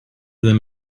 them